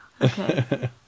Okay